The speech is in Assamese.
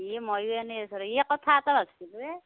এই মইও এনেই আছোঁ এই কথা এটা ভাবিছিলো এ